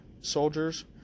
soldiers